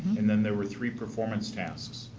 and then there were three performance tasks,